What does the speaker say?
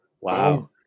Wow